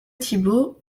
thiebaut